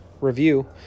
review